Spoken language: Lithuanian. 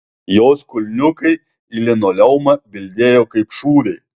jos kulniukai į linoleumą bildėjo kaip šūviai